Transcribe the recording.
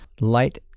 Light